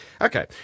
Okay